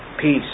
peace